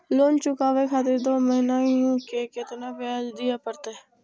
Loan चुकाबे खातिर दो महीना के केतना ब्याज दिये परतें?